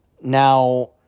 now